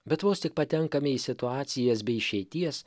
bet vos tik patenkame į situacijas be išeities